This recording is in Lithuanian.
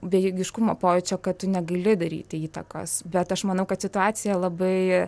bejėgiškumo pojūčio kad tu negali daryti įtakos bet aš manau kad situacija labai